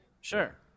Sure